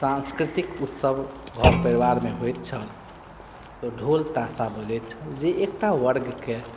साँस्कृतिक उत्सव घर परिवारमे होइत छल तऽ ढोल ताशा बजैत छल जे एकटा वर्गके